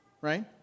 right